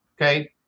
Okay